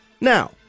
Now